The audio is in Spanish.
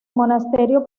monasterio